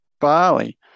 barley